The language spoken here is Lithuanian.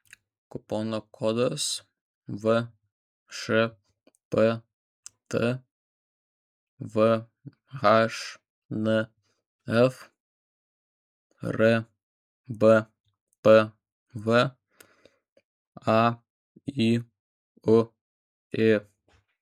kupono kodas všpt vhnf rbpv ayuė